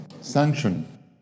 sanction